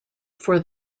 for